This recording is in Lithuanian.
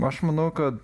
aš manau kad